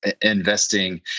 investing